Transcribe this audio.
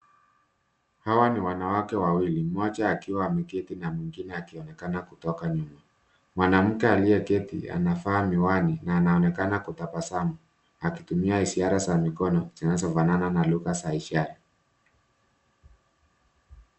Hawa ni wanawake wawili, mmoja akiwa ameketi na mwingine akionekana kutoka nyuma. Mwanamke aliyeketi anavaa miwani, na anaonekana kutabasamu. Akitumia ishara za mkono, zinazofanana na lugha za ishara.